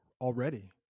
already